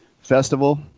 festival